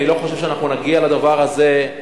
אני לא חושב שנגיע לדבר הזה.